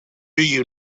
you